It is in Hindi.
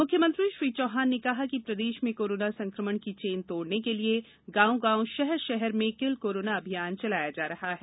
मुख्यमंत्री श्री चौहान ने कहा कि प्रदेश में कोरोना संक्रमण की चेन तोड़ने के लिए गाँव गाँव शहर शहर में किल कोरोना अभियान चलाया जा रहा है